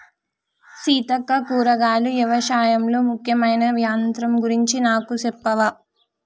సీతక్క కూరగాయలు యవశాయంలో ముఖ్యమైన యంత్రం గురించి నాకు సెప్పవా